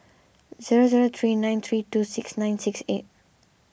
zero zero three nine three two six nine six eight